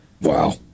Wow